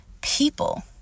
people